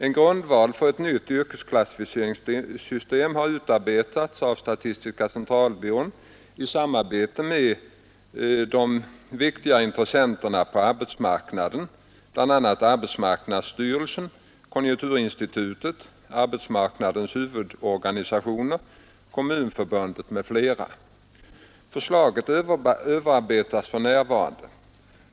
En grundval för ett nytt yrkesklassificeringssystem har utarbetats av statistiska centralbyrån i samarbete med de viktigaste intressenterna på arbetsmarknaden, bl.a. arbetsmarknadsstyrelsen, konjunkturinstitutet, arbetsmarknadsparternas huvudorganisationer, kommunförbunden m.fl. Förslaget överarbetas för närvarande.